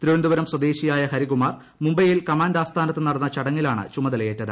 തിരുവനന്തപുരം സ്വദ്ദേശിയായ ഹരികുമാർ മുംബൈയിൽ കമാൻഡ് ആസ്ഥാനത്ത് ് നടന്ന ചടങ്ങിലാണ് ചുമതലയേറ്റത്